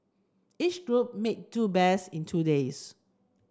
each group made two bears in two days